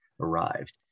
arrived